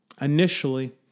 Initially